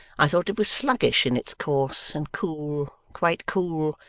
i thought it was sluggish in its course, and cool, quite cool.